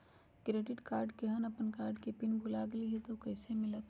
Credit card केहन अपन card के पिन भुला गेलि ह त उ कईसे मिलत?